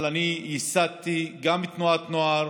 אבל אני גם ייסדתי תנועת נוער